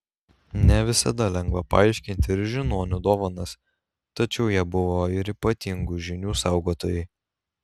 ne visada lengva paaiškinti ir žiniuonių dovanas tačiau jie buvo ir ypatingų žinių saugotojai